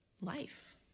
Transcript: life